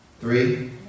Three